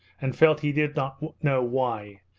and felt, he did not know why,